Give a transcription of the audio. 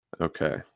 Okay